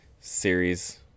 series